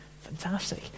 Fantastic